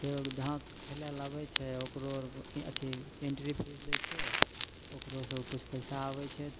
लोक जहाँ खेलैले आबै छै ओकरो आरके अथी एन्ट्री फीस दै छै ओकरोसँ किछु पइसा आबै छै